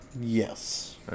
Yes